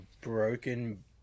broken